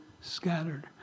scattered